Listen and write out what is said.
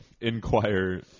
Inquire